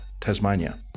Tasmania